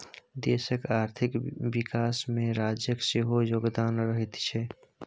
देशक आर्थिक विकासमे राज्यक सेहो योगदान रहैत छै